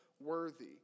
worthy